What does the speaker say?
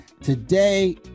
today